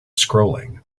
scrolling